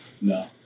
No